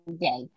day